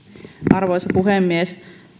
arvoisa puhemies